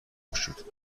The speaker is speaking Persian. گشود